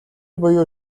буюу